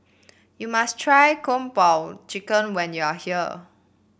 you must try Kung Po Chicken when you are here